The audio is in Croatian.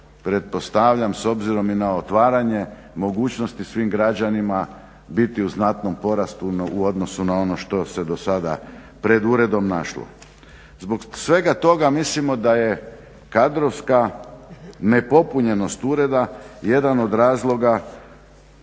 s obzirom i na otvaranje mogućnosti svim građanima biti u znatnom porastu u odnosu na ono što se do sada pred uredom našlo. Zbog svega toga mislimo da je kadrovska nepopunjenost ureda jedan od razloga